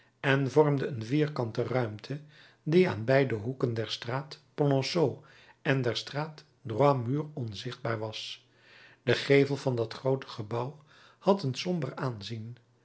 en vormde een vierkante ruimte die aan beide hoeken der straat polonceau en der straat droit mur onzichtbaar was de gevel van dat groote gebouw had een somber aanzien